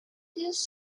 this